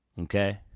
Okay